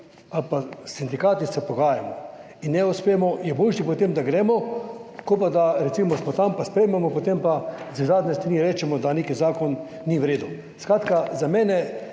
ali pa s sindikati se pogajamo in ne uspemo, je boljše potem, da gremo, kot pa da recimo smo tam pa sprejmemo, potem pa z zadnje strani rečemo, da nek zakon ni v redu. Skratka za mene